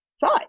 side